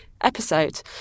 episode